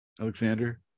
alexander